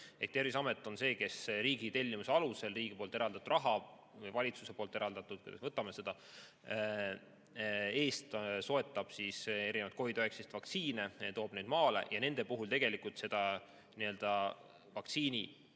Terviseamet on see, kes riigi tellimuse alusel riigi poolt eraldatud raha – või valitsuse poolt eraldatud, kuidas me seda võtame – eest soetab erinevaid COVID‑19 vaktsiine, toob neid maale. Nende puhul tegelikult seda vaktsiini